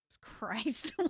christ